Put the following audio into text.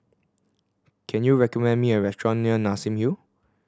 can you recommend me a restaurant near Nassim Hill